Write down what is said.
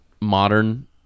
modern